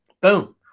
Boom